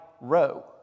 row